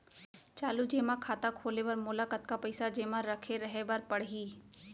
चालू जेमा खाता खोले बर मोला कतना पइसा जेमा रखे रहे बर पड़ही?